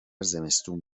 زمستون